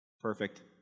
Perfect